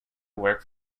work